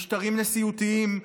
משטרים נשיאותיים,